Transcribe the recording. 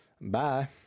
Bye